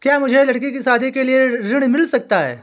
क्या मुझे लडकी की शादी के लिए ऋण मिल सकता है?